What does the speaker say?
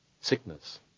Sickness